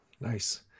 Nice